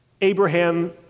Abraham